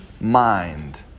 mind